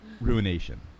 Ruination